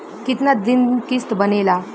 कितना दिन किस्त बनेला?